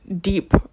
deep